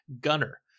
Gunner